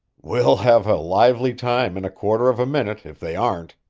we'll have a lively time in a quarter of a minute if they aren't,